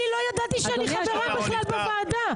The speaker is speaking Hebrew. אני לא ידעתי שאני חברה בכלל בוועדה.